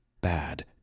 bad